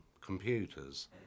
computers